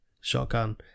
shotgun